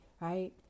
right